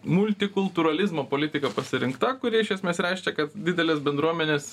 multikultūralizmo politika pasirinkta kuri iš esmės reiškia kad didelės bendruomenės